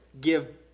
give